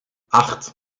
acht